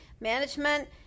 Management